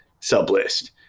sublist